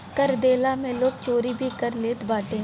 कर देहला में लोग चोरी भी कर लेत बाटे